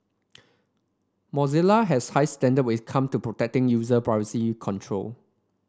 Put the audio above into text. Mozilla has high standard where is come to protecting user privacy control